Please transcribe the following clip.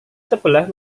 sebelah